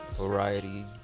Variety